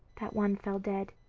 that one fell dead.